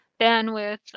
bandwidth